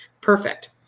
perfect